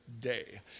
day